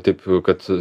taip kad